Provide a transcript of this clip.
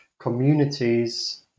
communities